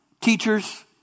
Teachers